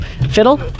fiddle